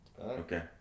Okay